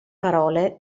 parole